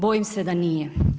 Bojim se da nije.